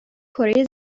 کره